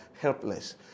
helpless